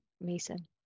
Mason